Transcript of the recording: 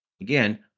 Again